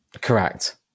Correct